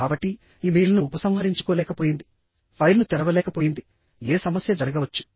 కాబట్టి ఇమెయిల్ను ఉపసంహరించుకోలేకపోయింది ఫైల్ను తెరవలేకపోయింది ఏ సమస్య జరగవచ్చు